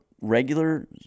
regular